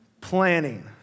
Planning